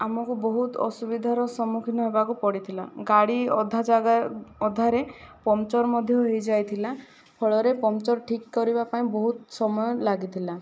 ଆମକୁ ବହୁତ ଅସୁବିଧାର ସମ୍ମୁଖୀନ ହେବାକୁ ପଡ଼ିଥିଲା ଗାଡ଼ି ଅଧା ଜାଗା ଅଧାରେ ପଙ୍କଚର୍ ମଧ୍ୟ ହୋଇ ଯାଇଥିଲା ଫଳରେ ପଙ୍କଚର୍ ଠିକ କରିବା ପାଇଁ ବହୁତ ସମୟ ଲାଗିଥିଲା